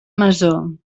masó